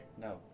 No